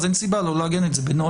אז אין סיבה לא לעגן את זה בנוהל.